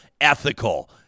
ethical